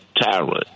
tyrant